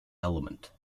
element